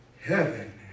heaven